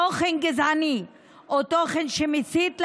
תוכן גזעני או תוכן שמסית לאלימות,